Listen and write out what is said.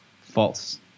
false